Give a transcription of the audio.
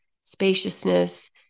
spaciousness